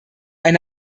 eine